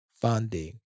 funding